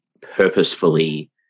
purposefully